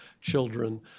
children